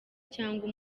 cyangwa